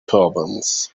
turbans